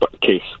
case